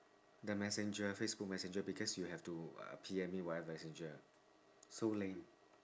the messenger facebook messenger because you have to uh P_M me via messenger so lame